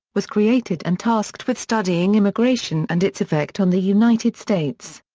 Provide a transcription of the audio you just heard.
was created and tasked with studying immigration and its effect on the united states.